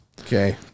Okay